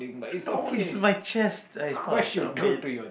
no is my chest is part of shirt pain